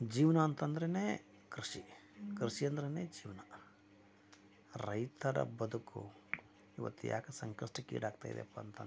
ಜೀವನ ಅಂತಂದ್ರೇ ಕೃಷಿ ಕೃಷಿ ಅಂದ್ರೇ ಜೀವನ ರೈತರ ಬದುಕು ಇವತ್ತು ಯಾಕೆ ಸಂಕಷ್ಟಕ್ಕೆ ಈಡಾಗ್ತಾ ಇದೆಯಪ್ಪ ಅಂತಂದರೆ